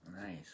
Nice